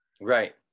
Right